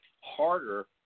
harder